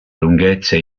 lunghezza